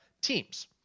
teams